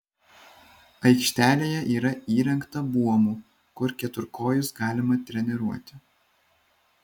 aikštelėje yra įrengta buomų kur keturkojus galima treniruoti